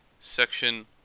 Section